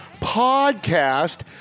Podcast